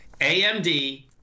AMD